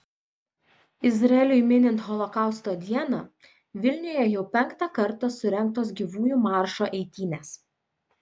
izraeliui minint holokausto dieną vilniuje jau penktą kartą surengtos gyvųjų maršo eitynės